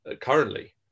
currently